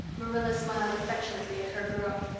marilla smiled affectionately at her girl.